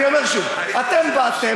אני אומר שוב: אתם באתם,